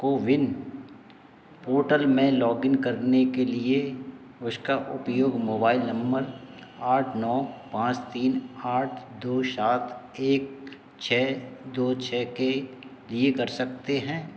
CoWIN portal में login करने के लिए उसका उपयोग मोबाइल नंबर आठ नौ पांच तीन आठ दो सात एक छ दो छ के लिए कर सकते हैं